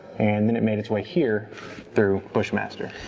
and then it made its way here through bushmaster.